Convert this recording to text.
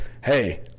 hey